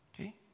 Okay